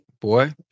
Boy